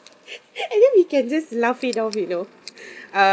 and then we can just laugh it off you know uh